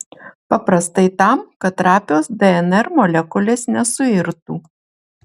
paprastai tam kad trapios dnr molekulės nesuirtų